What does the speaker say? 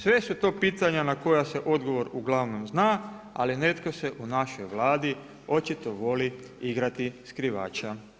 Sve su to pitanja na koja se odgovor u glavnom zna, ali netko se u našoj Vladi očito voli igrati skrivača.